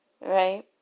Right